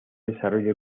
desarrollo